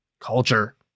Culture